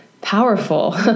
powerful